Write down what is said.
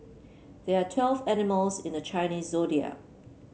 there are twelve animals in the Chinese Zodiac